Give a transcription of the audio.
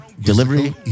Delivery